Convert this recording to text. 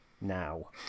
now